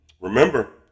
remember